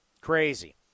Crazy